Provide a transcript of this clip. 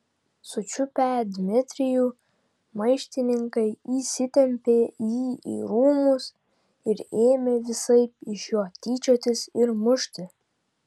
sučiupę dmitrijų maištininkai įsitempė jį į rūmus ir ėmė visaip iš jo tyčiotis ir mušti